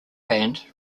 band